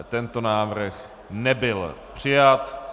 Tento návrh nebyl přijat.